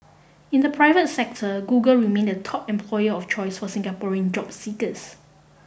in the private sector Google remained the top employer of choice for Singaporean job seekers